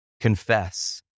confess